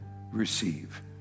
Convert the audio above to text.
receive